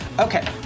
Okay